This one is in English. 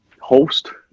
host